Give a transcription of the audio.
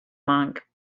monk